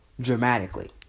dramatically